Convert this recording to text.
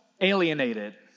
alienated